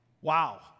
Wow